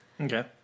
Okay